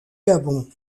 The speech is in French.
gabon